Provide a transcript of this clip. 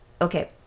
Okay